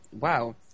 wow